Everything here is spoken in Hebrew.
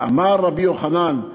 ואמר רבי יוחנן: